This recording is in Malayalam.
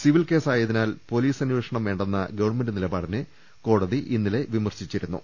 സിവിൽ കേസായതിനാൽ പോലീസ് അന്വേഷണം വേണ്ടെന്ന ഗവൺമെന്റ് നിലപാടിനെ കോടതി ഇന്നലെ വിമർശിച്ചിരുന്നു